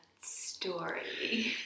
story